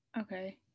Okay